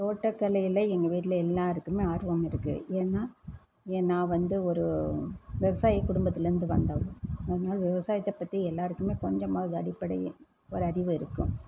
தோட்டக்கலையில் எங்கள் வீட்டில் எல்லாேருக்குமே ஆர்வம் இருக்குது ஏன்னால் ஏன் நான் வந்து ஒரு விவசாய குடுபத்துலேருந்து வந்தவள் அதனால் விவசாயத்தை பற்றி எல்லாேருக்குமே கொஞ்சமாவது அடிப்படை ஒரு அறிவு இருக்கும்